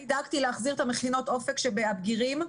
אני דאגתי להחזיר את מכינות אופק של הבגירים,